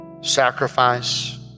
sacrifice